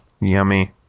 Yummy